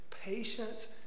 patience